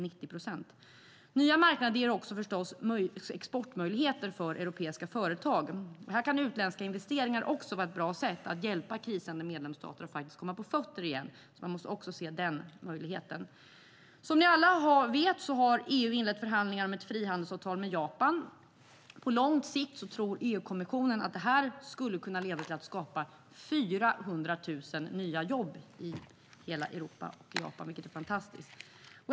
Nya marknader ger förstås också exportmöjligheter för europeiska företag. Här kan utländska investeringar vara ett bra sätt att hjälpa krisande medlemsstater att komma på fötter igen. Man måste också se den möjligheten. Som ni alla vet har EU inlett förhandlingar om ett frihandelsavtal med Japan. På lång sikt tror EU-kommissionen att det skulle kunna leda till att det skapas 400 000 nya jobb i hela Europa och i Japan, vilket är fantastiskt.